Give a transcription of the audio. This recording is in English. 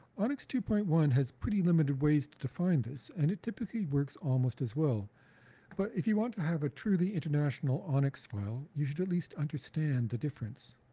onix two point one has pretty limited ways to define this and it typically works almost as well but if you want to have a truly international onix file, you should at least understand the difference.